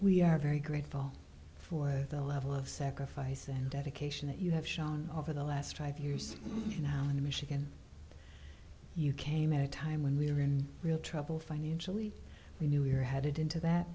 we are very grateful for the level of sacrifice and dedication that you have shown over the last five years in michigan you came at a time when we are in real trouble financially we knew we were headed into that